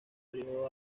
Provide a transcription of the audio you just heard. período